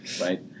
Right